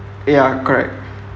ya correct